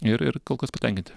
ir ir kol kas patenkinti